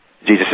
Jesus